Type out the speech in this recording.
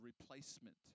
replacement